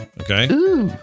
Okay